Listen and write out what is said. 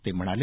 ते म्हणाले